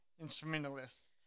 instrumentalists